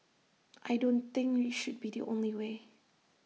I don't think should be the only way